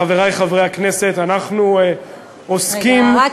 חברי חברי הכנסת, אנחנו עוסקים, רגע.